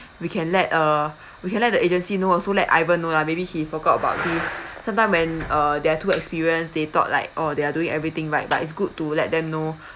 we can let uh we can let the agency know also let ivan know lah maybe he forgot about this sometime when uh they are too experienced they thought like oh they are doing everything right but it's good to let them know